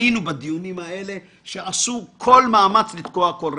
היינו בדיונים האלה שעשו כל מאמץ לתקוע כל רפורמה.